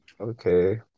okay